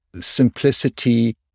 simplicity